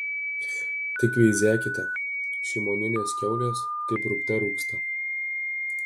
tik veizėkite šimonienės kiaulės kaip rūgte rūgsta